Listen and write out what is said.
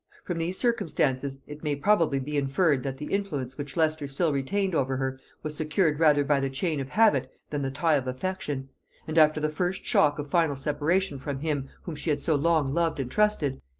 from these circumstances it may probably be inferred, that the influence which leicester still retained over her was secured rather by the chain of habit than the tie of affection and after the first shock of final separation from him whom she had so long loved and trusted,